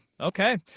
Okay